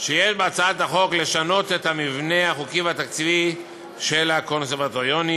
שיש בהצעת החוק כדי לשנות את המבנה החוקי והתקציבי של הקונסרבטוריונים,